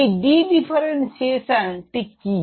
এই d differentiation টি কি